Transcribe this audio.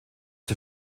der